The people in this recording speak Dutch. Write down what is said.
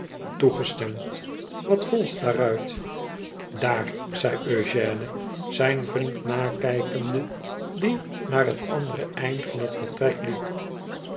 toegestemd wat volgt daaruit daar zei eugène zijn vriend nakijkende die naar het andere eind van het vertrek liep